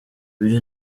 ibyo